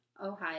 Ohio